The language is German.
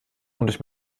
und